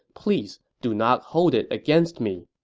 please do not hold it against me.